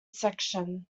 section